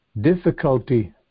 difficulty